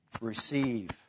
Receive